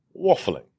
waffling